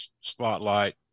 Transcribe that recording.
spotlight